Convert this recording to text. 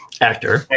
actor